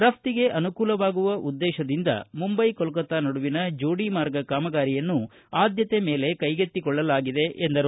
ರಷ್ಟಿಗೆ ಅನುಕೂಲವಾಗುವ ಉದ್ದೇಶದಿಂದ ಮುಂಬೈ ಕೊಲ್ಲತ್ತಾ ನಡುವಿನ ಜೋಡಿ ಮಾರ್ಗ ಕಾಮಗಾರಿಯನ್ನು ಆದ್ದತೆ ಮೇಲೆ ಕೈಗೆತ್ತಿಕೊಳ್ಳಲಾಗಿದೆ ಎಂದರು